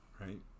Right